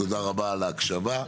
תודה רבה על ההקשבה.